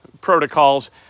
protocols